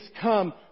come